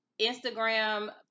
Instagram